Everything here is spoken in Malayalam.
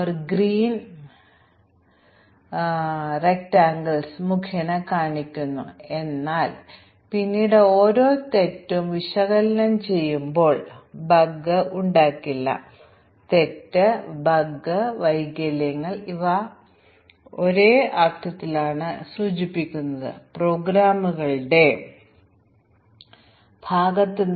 അവർ ജങ്ക് സ്റ്റേറ്റ്മെൻറ് എഴുതുന്നില്ല ഒന്നോ രണ്ടോ സ്ഥലങ്ങൾ ഒഴികെ അവർ ചെറിയ തെറ്റുകൾ വരുത്തുന്നു എന്നതൊഴിച്ചാൽ അർത്ഥവത്തായ പ്രോഗ്രാമുകൾ ശരിയാക്കുന്നു